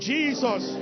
Jesus